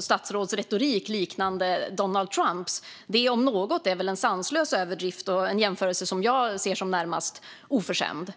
statsråds retorik och Donald Trumps. Det om något är väl en sanslös överdrift och en jämförelse som jag ser som närmast oförskämd.